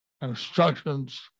instructions